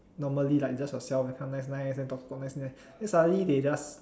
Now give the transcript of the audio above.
normally like just yourself then become nice nice then talk cock nice nice then suddenly they just